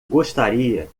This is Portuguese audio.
gostaria